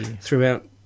throughout